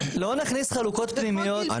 לא נכניס חלוקות פנימיות.